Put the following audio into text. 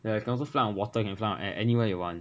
ya you can also fly on water can fly on air anywhere you want